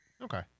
Okay